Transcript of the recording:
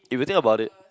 if you think about it